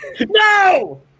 No